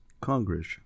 Congress